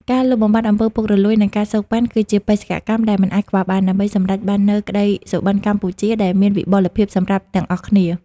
ការលុបបំបាត់ អំពើពុករលួយ និង ការសូកប៉ាន់ គឺជាបេសកកម្មដែលមិនអាចខ្វះបាន ដើម្បីសម្រេចបាននូវ "ក្តីសុបិនកម្ពុជា" ដែលមានវិបុលភាពសម្រាប់ទាំងអស់គ្នា។